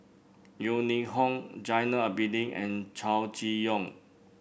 Yeo Ning Hong Zainal Abidin and Chow Chee Yong